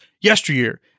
yesteryear